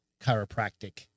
chiropractic